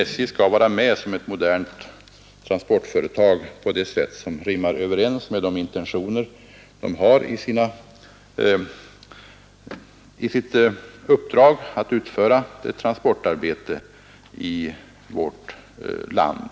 SJ skall vara med som ett modernt transportföretag på det sätt som rimmar med dess uppdrag att utföra transportarbete i vårt land.